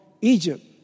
Egypt